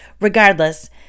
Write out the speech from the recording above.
Regardless